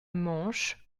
manche